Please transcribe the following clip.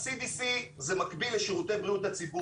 ה-CDC זה מקביל לשירותי בריאות הציבור בישראל